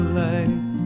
life